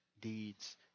deeds